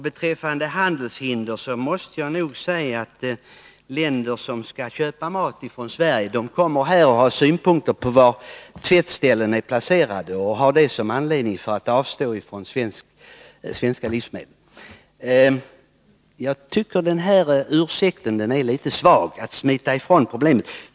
Beträffande vad jordbruksministern anförde om handelshinder vill jag säga att det förekommer att man från länder som skall köpa mat från Sverige kommer hit och har synpunkter på var tvättställen är placerade och att man anger det som skäl för att avstå från att köpa svenska livsmedel. Jag tycker alltså den ursäkten är litet svag; det är att smita ifrån problematiken.